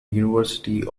university